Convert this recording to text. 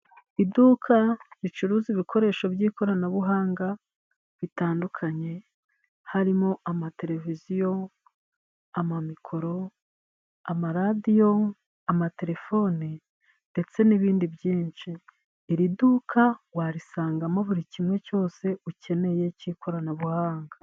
Iduka ricuruza ibikoresho by'ikoranabuhanga bitandukanye harimo amateleviziyo ,amamikoro ,amaradiyo ,amatelefone ndetse n'ibindi byinshi. Iri duka warisangamo buri kimwe cyose ukeneye cy'ikoranabuhanga.